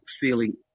feeling